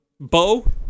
Bo